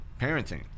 parenting